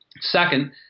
Second